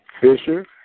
Fisher